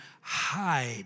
hide